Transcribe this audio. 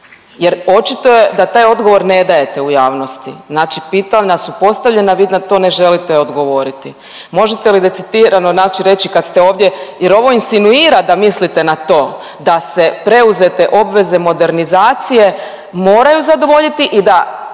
jer očito je da taj odgovor ne dajete u javnosti, znači pitanja su postavljena, vi na to ne želite odgovoriti. Možete li decidirano znači reći kad ste ovdje jer ovo insinuira da mislite na to da se preuzete obveze modernizacije moraju zadovoljiti i da